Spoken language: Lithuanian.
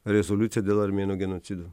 rezoliuciją dėl armėnų genocido